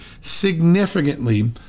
significantly